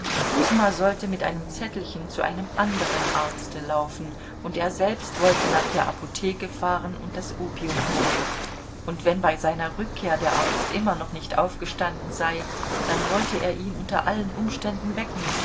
sollte mit einem zettelchen zu einem anderen arzte laufen und er selbst wollte nach der apotheke fahren und das opium holen und wenn bei seiner rückkehr der arzt immer noch nicht aufgestanden sei dann wollte er ihn unter allen umständen wecken